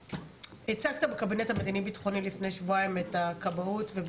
הצגת בקבינט המדיני בטחוני לפני שבועיים את הכבאות.